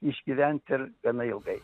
išgyvent ir gana ilgai